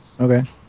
Okay